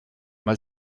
mal